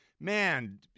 man